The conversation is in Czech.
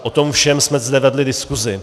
O tom všem jsme zde vedli diskusi.